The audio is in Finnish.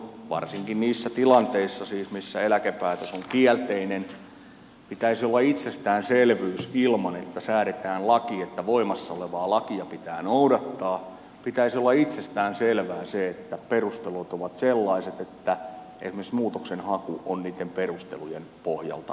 varsinkin niissä tilanteissa joissa eläkepäätös on kielteinen pitäisi olla itsestään selvää ilman että säädetään laki että voimassa olevaa lakia pitää noudattaa pitäisi olla itsestään selvä asia että perustelut ovat sellaiset että esimerkiksi muutoksenhaku on niitten perustelujen pohjalta mahdollista